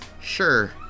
Sure